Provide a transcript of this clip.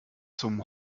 zum